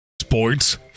Sports